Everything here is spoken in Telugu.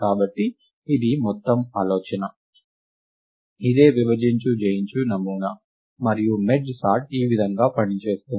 కాబట్టి ఇదీ మొత్తం ఆలోచన ఇదే విభజించి జయించు నమూనా మరియు మెర్జ్ సార్ట్ ఈవిధంగా పనిచేస్తుంది